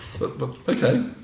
Okay